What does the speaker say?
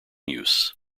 use